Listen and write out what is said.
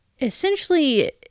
essentially